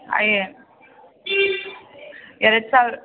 ಅಯ್ಯ ಎರಡು ಸಾವಿರ